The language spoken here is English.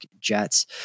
Jets